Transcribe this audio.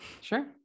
sure